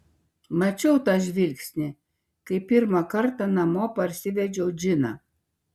mačiau tą žvilgsnį kai pirmą kartą namo parsivedžiau džiną